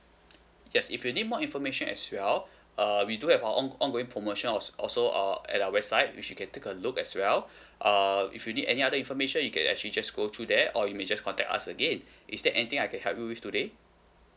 yes if you need more information as well uh we do have our on ongoing promotion al~ also err at our website which you can take a look as well uh if you need any other information you can actually just go through there or you may just contact us again is there anything else I can help you with today